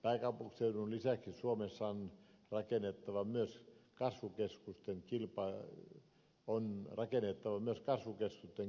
pääkaupunkiseudun lisäksi suomessa on rakennettava myös kasvukeskusten kilpailukykyä